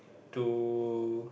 to